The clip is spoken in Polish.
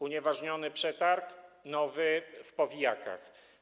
Unieważniony przetarg, nowy w powijakach.